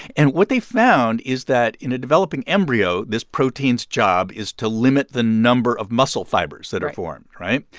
and what they found is that in a developing embryo, this protein's job is to limit the number of muscle fibers that are formed, right?